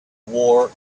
war